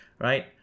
right